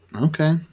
Okay